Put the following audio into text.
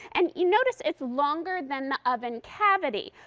and you notice it's longer than the oven cavity.